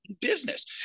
business